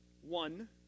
One